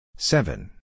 Seven